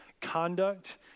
conduct